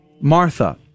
Martha